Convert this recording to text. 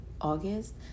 August